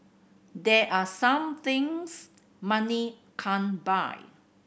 there are some things money can't buy